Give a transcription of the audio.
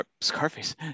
Scarface